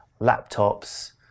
laptops